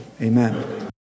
Amen